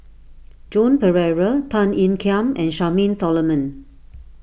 Joan Pereira Tan Ean Kiam and Charmaine Solomon